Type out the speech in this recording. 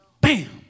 Bam